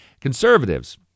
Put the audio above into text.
conservatives